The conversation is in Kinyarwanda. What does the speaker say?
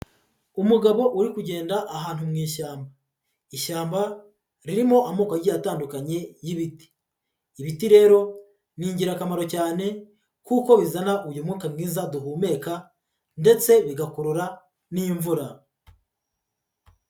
Umugabo uri kugenda ahantu mu ishyamba. Ishyamba ririmo amoko agiye atandukanye y'ibiti. Ibiti rero ni ingirakamaro cyane kuko bizana uyu mwuka mwiza duhumeka ndetse bigakurura n'imvura.